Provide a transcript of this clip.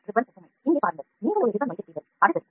இது ஒரு தட்டச்சுப்பொறி நாடாவின் ஒப்புமை ஆகும்